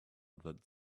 that